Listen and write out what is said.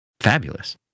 fabulous